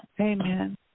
Amen